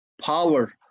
power